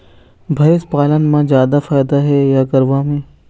भंइस पालन म जादा फायदा हे या गरवा में?